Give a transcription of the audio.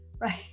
right